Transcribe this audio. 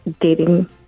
dating